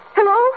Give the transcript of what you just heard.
Hello